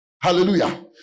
Hallelujah